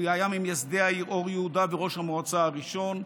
הוא היה ממייסדי העיר אור יהודה וראש המועצה הראשון,